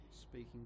Speaking